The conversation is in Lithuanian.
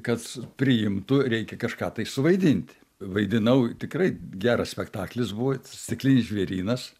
kad priimtų reikia kažką tai suvaidinti vaidinau tikrai geras spektaklis buvo stiklinis žvėrynas